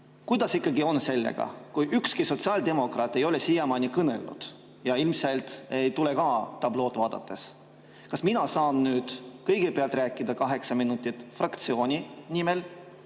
Kuidas ikkagi on sellega, kui ükski sotsiaaldemokraat ei ole siiamaani kõnelnud ja ilmselt ei tule ka, tablood vaadates – kas mina saan nüüd kõigepealt rääkida kaheksa minutit fraktsiooni nimel